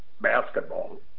Basketball